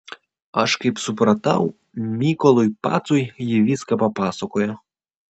aš kaip supratau mykolui pacui ji viską papasakojo